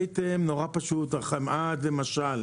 עם החמאה למשל,